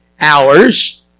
hours